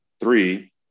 three